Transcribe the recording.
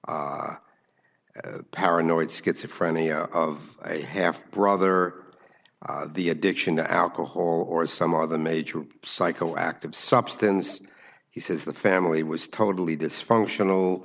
paranoid schizophrenia of a half brother the addiction to alcohol or some other major psychoactive substance he says the family was totally dysfunctional